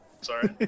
Sorry